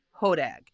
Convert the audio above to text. Hodag